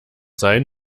sein